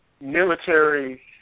military